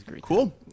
Cool